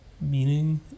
meaning